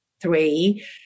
three